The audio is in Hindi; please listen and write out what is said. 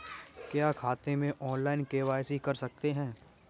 क्या खाते में ऑनलाइन के.वाई.सी कर सकते हैं?